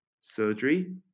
surgery